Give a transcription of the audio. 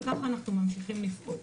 וכך אנחנו ממשיכים לפעול.